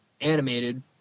animated